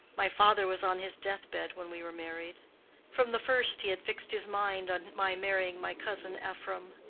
my father was on his deathbed when we were married from the first he had fixed his mind on my marrying my cousin ephraim.